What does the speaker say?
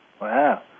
Wow